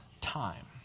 time